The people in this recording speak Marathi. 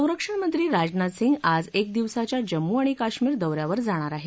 संरक्षण मंत्री राजनाथ सिंग आज एक दिवसाच्या जम्मू आणि काश्मिर दौ यावर जाणार आहेत